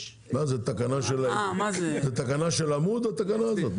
זאת תקנה של עמוד, התקנה הזאת?